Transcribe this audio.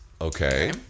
okay